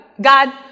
God